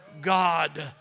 God